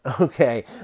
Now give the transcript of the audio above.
okay